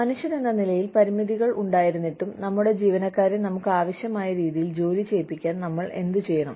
മനുഷ്യരെന്ന നിലയിൽ പരിമിതികൾ ഉണ്ടായിരുന്നിട്ടും നമ്മുടെ ജീവനക്കാരെ നമുക്ക് ആവശ്യമായ രീതിയിൽ ജോലി ചെയ്യിപ്പിക്കാൻ നമ്മൾ എന്തുചെയ്യണം